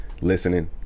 listening